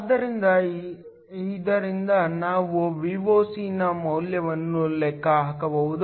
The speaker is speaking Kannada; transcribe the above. ಆದ್ದರಿಂದ ಇದರಿಂದ ನಾವು Voc ನ ಮೌಲ್ಯವನ್ನು ಲೆಕ್ಕ ಹಾಕಬಹುದು